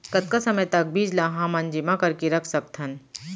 कतका समय तक बीज ला हमन जेमा करके रख सकथन?